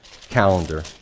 calendar